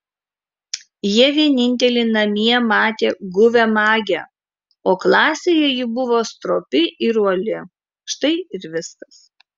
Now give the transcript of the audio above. jie vieninteliai namie matė guvią magę o klasėje ji buvo stropi ir uoli štai ir viskas